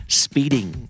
speeding